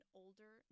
older